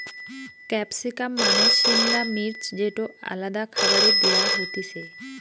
capsicum মানে সিমলা মির্চ যেটো আলাদা খাবারে দেয়া হতিছে